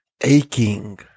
aching